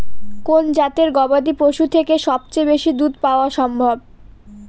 কোন জাতের গবাদী পশু থেকে সবচেয়ে বেশি দুধ পাওয়া সম্ভব?